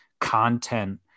content